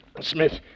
Smith